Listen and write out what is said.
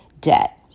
debt